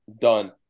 done